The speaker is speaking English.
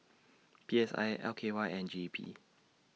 P S I L K Y and G E P